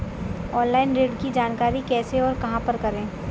Online ऋण की जानकारी कैसे और कहां पर करें?